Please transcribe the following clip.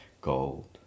gold